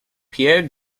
pierre